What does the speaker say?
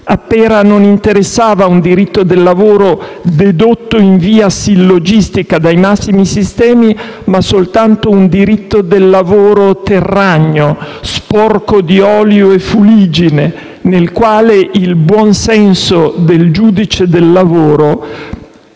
A Pera non interessava un diritto del lavoro dedotto in via sillogistica dai massimi sistemi, ma soltanto un diritto del lavoro terragno, sporco di olio e di fuliggine, nel quale il buon senso del «buon giudice del lavoro»